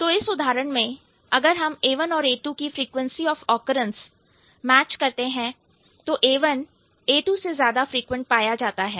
तो इस उदाहरण में अगर हम A1 और A2 की frequency of occurrence frequency of occurrence match करते हैं तो A1 A2 से ज्यादा फ्रिक्वेंट पाया जाता है